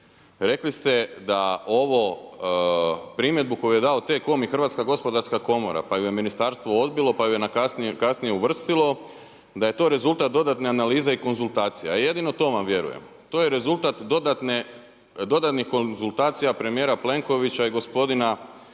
Rekli ste da primjedbu koju je dao T-COM i Hrvatska gospodarska komora, pa ju je ministarstvo odbilo pa ju je kasnije uvrstilo, da je to rezultat dodatne analize i konzultacija. Ja jedino to vam vjerujem. To je rezultat dodani konzultacija premijera Plenkovića i gospodina